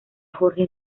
jorge